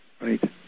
Right